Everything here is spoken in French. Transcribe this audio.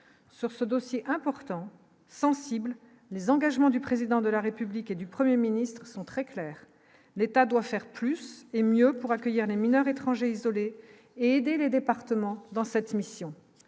sur ce dossier important sensible les engagements du président de la République et du 1er ministre sont très claires : l'État doit faire plus et mieux pour accueillir les mineurs étrangers isolés et des départements dans cette mission,